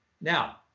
Now